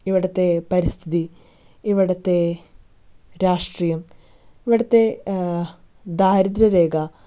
ഇവിടുത്തെ പരിസ്ഥിതി ഇവിടുത്തെ രാഷ്ട്രീയം ഇവിടുത്തെ ദാരിദ്ര്യ രേഖ